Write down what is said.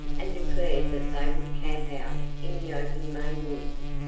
and declared that they would camp out in the open maine woods,